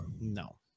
no